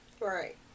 Right